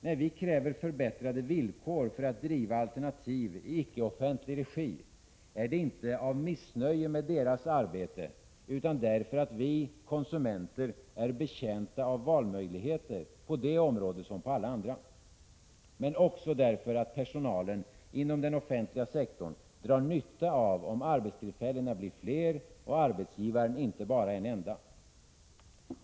När vi kräver förbättrade villkor för att driva alternativ i icke-offentlig regi, är det inte av missnöje med deras arbete utan därför att vi konsumenter är betjänta av valmöjligheter på det området liksom på alla andra — men också därför att personalen inom den offentliga sektorn drar nytta av att arbetstillfällena blir fler och arbetsgivaren inte bara en enda.